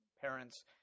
parents